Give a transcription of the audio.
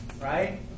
Right